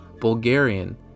Bulgarian